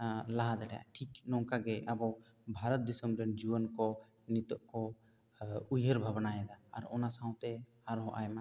ᱞᱟᱦᱟ ᱫᱟᱲᱮᱭᱟᱜᱼᱟ ᱴᱷᱤᱠ ᱱᱚᱝᱠᱟ ᱜᱮ ᱟᱵᱚ ᱵᱷᱟᱨᱚᱛ ᱫᱤᱥᱚᱢ ᱨᱮᱱ ᱡᱩᱣᱟᱹᱱ ᱠᱚ ᱱᱤᱛᱚᱜ ᱠᱚ ᱩᱭᱦᱟᱹᱨ ᱵᱷᱟᱰᱽᱱᱟ ᱭᱮᱫᱟ ᱟᱨ ᱚᱱᱟ ᱥᱟᱶᱛᱮ ᱟᱨᱦᱚᱸ ᱟᱭᱢᱟ ᱠᱟᱹᱢᱤ ᱠᱚ ᱦᱚᱸ